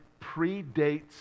predates